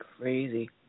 crazy